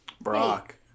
Brock